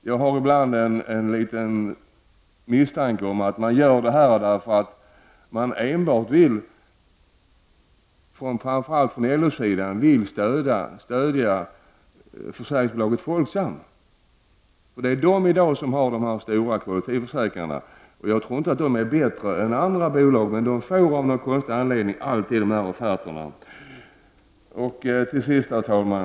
Jag har ibland en liten misstanke om att detta görs för att man framför allt från LO-sidan vill stödja enbart försäkringsbolaget Folksam. Det är nämligen Folksam som i dag har dessa stora kollektivförsäkringar. Jag tror inte att folksam är bättre än andra bolag, men Folksam får av någon konstig anledning alltid dessa offerter. Till sist vill jag säga följande, herr talman.